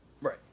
right